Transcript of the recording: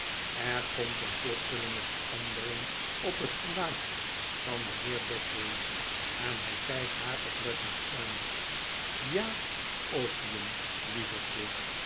er komt eene plotselinge verandering op het gelaat van den heer datchery en hy kpt haar oplettend aan ja opium lievertje